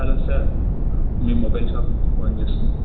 hello sir మేము mobile shop నుంచి phone చేస్తున్నాం